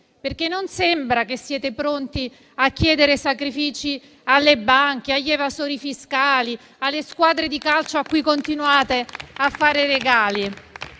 per chi? Non sembra che siete pronti a chiedere sacrifici alle banche, agli evasori fiscali, alle squadre di calcio a cui continuate a fare regali.